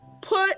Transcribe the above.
put